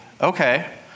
okay